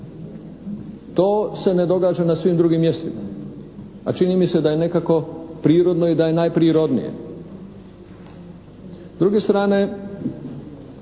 To se ne događa na svim drugim mjestima, a čini mi se da je nekako prirodno i da je najprirodnije.